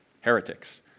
heretics